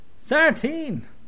Thirteen